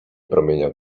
promieniał